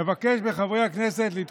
אני מבקש את תשומת ליבכם.